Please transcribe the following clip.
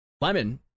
lemon